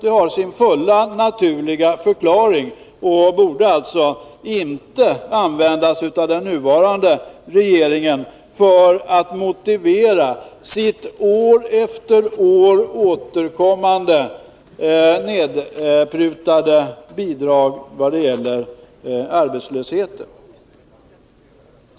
Det har sin fullt naturliga förklaring och borde alltså inte användas av den nuvarande regeringen för att motivera det år efter år återkommande nedprutade bidraget vad gäller arbetslösheten.